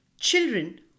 Children